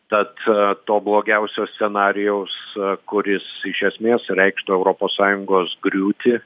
tad to blogiausio scenarijaus kuris iš esmės reikštų europos sąjungos griūtį